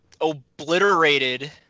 obliterated